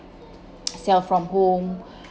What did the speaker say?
sell from home